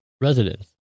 residents